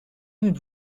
n’êtes